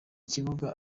kibuga